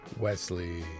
Wesley